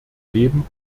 leben